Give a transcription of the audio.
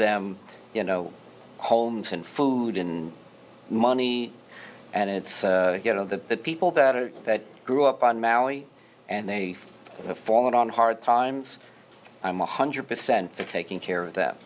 them you know homes and food in money and it's you know the people that are that grew up on maui and they have fallen on hard times i'm one hundred percent for taking care of th